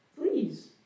please